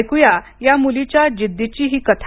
ऐक्या या मुलीच्या जिद्दीची ही कथा